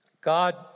God